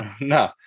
no